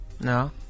no